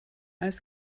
als